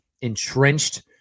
entrenched